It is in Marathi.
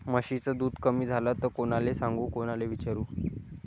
म्हशीचं दूध कमी झालं त कोनाले सांगू कोनाले विचारू?